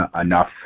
enough